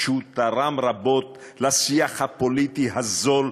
שהוא תרם רבות לשיח הפוליטי הזול,